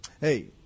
Hey